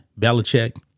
Belichick